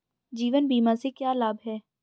जीवन बीमा से क्या लाभ हैं?